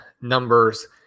numbers